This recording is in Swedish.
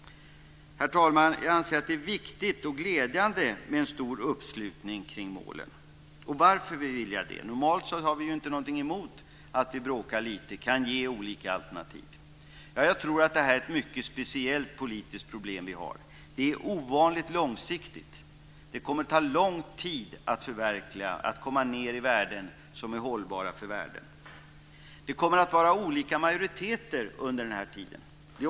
Herr talman! Jag anser att det är viktigt och glädjande med en stor uppslutning kring målen. Varför vill jag det? Normalt har vi ju inte något emot att vi bråkar lite och har olika alternativ. Jag tror att detta är ett mycket speciellt politiskt problem. Det är ovanligt långsiktigt. Det kommer att ta lång tid att förverkliga och att komma ned i värden som är hållbara för världen. Det kommer att vara olika majoriteter under den tiden.